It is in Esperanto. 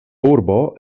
urbo